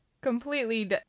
completely